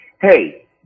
hey